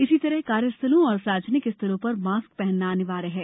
इसीतरह कार्यस्थलों और सार्वजनिक स्थलों पर मास्क पहनना अनिवार्य है